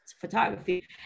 photography